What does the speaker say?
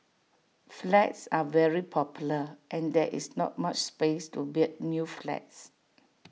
flats are very popular and there is not much space to build new flats